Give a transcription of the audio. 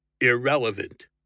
irrelevant